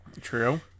True